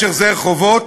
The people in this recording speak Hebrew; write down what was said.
יש החזר חובות,